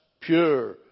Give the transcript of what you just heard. pure